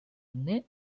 agnés